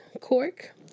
cork